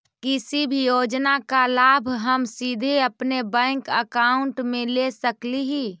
किसी भी योजना का लाभ हम सीधे अपने बैंक अकाउंट में ले सकली ही?